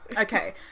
Okay